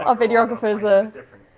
ah videographer's are different.